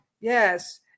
Yes